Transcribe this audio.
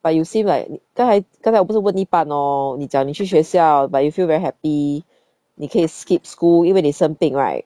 but you seem like 刚才刚才我不是问一半哦你讲你去学校 but you feel very happy 你可以 skip school 因为你身病 right